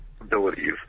abilities